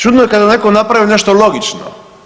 Čudno je kada netko napravi nešto logično.